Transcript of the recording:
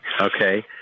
Okay